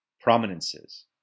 prominences